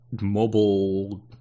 mobile